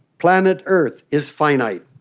planet earth, is finite,